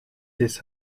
this